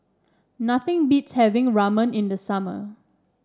nothing beats having Ramen in the summer